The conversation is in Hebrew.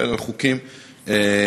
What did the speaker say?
אלא על חוקים אמיתיים,